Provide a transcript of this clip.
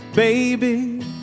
Baby